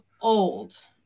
old